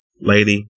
Lady